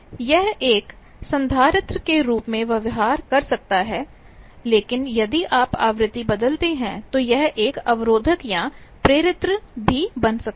यह एक कपैसिटर capacitorसंधारित्र के रूप में व्यवहार कर सकता है लेकिन यदि आप आवृत्ति बदलते हैं तो यह एक रेसिस्टर resistorअवरोधक या इंडक्टर inductorप्रेरित्र भी बन सकता है